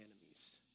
enemies